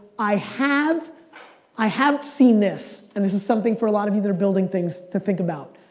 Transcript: i have i have seen this and this is something for a lot of you that are building things to think about.